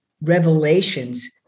revelations